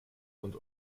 und